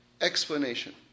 explanation